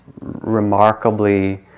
remarkably